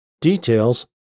Details